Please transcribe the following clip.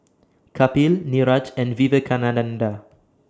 Kapil Niraj and Vivekananda